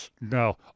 no